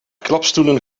klapstoelen